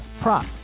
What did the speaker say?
prop